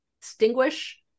distinguish